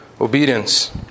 obedience